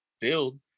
build